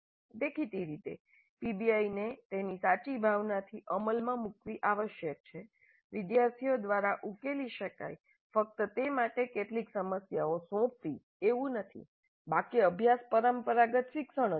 દેખીતી રીતે પીબીઆઈને તેની સાચી ભાવનાથી અમલમાં મૂકવી આવશ્યક છે વિદ્યાર્થીઓ દ્વારા ઉકેલી શકાય ફક્ત તે માટે કેટલીક સમસ્યાઓ સોંપવી એવું નથી બાકી અભ્યાસ પરંપરાગત શિક્ષણ જ રહે છે